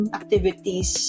activities